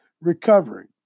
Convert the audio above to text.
recovering